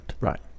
Right